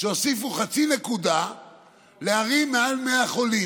שהוסיפו חצי נקודה לערים עם מעל 100 חולים.